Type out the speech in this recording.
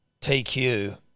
TQ